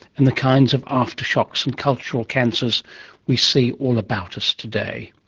and the kind of aftershocks and cultural cancers we see all about us today.